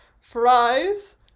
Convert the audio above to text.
fries